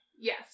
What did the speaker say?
yes